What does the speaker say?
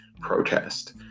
protest